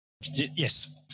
Yes